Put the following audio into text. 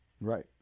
Right